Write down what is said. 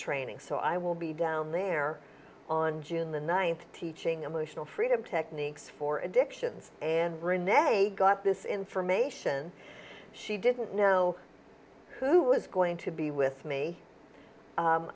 training so i will be down there on june the ninth teaching emotional freedom techniques for addictions and renee got this information she didn't know who was going to be with me